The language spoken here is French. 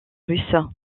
russes